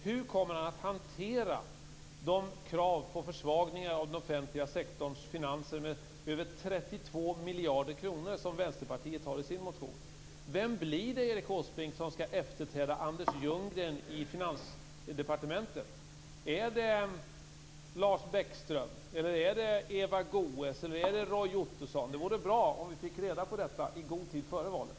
Hur kommer han att hantera de krav på försvagningar av den offentliga sektorns finanser med över 32 miljarder kronor som Vänsterpartiet har i sin motion? Vem blir det, Erik Åsbrink, som skall efterträda Anders Ljunggren i finansdepartementet? Är det Lars Bäckström, Eva Goës eller Roy Ottosson? Det vore bra om vi fick reda på detta i god tid före valet.